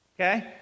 Okay